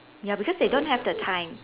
ya because they don't have the time